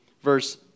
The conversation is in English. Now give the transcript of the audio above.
verse